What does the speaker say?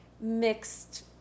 mixed